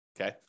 okay